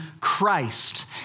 Christ